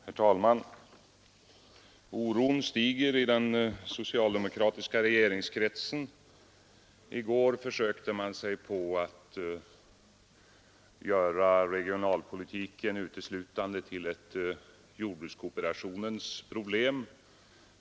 Herr talman! Oron stiger i den socialdemokratiska regeringskretsen. I går försökte man sig på att göra regionalpolitiken uteslutande till ett jordbrukskooperationens problem.